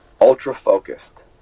ultra-focused